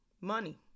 money